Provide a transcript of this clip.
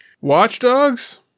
Watchdogs